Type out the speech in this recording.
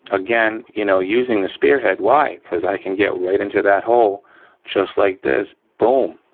again, you know, using the spearhead, why? cause i can get right into that hole just like this, boom!